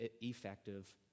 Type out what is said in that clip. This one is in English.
effective